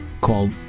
called